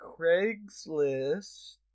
craigslist